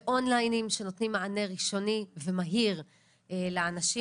ואונליינים שנותנים מענה ראשוני ומהיר לאנשים.